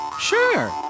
Sure